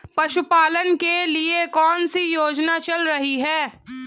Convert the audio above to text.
पशुपालन के लिए कौन सी योजना चल रही है?